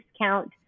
discount